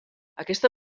aquesta